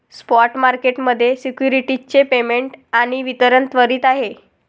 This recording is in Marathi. स्पॉट मार्केट मध्ये सिक्युरिटीज चे पेमेंट आणि वितरण त्वरित आहे